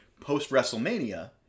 post-WrestleMania